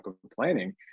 complaining